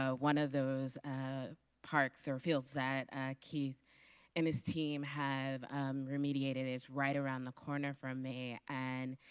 ah one of those parks or fields that keith and his team had remediated is right around the corner from me. and